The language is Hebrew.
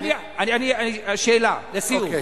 שאלה, לסיום.